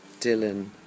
Dylan